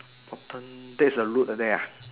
bottom there's a road there ah